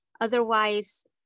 Otherwise